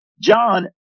John